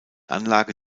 anlage